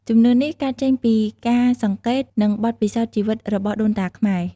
ជំនឿនេះកើតចេញពីការសង្កេត និងបទពិសោធន៍ជីវិតរបស់ដូនតាខ្មែរ។